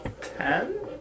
Ten